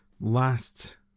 last